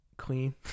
Clean